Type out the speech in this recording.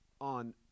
on